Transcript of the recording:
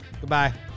Goodbye